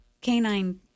canine